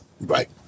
Right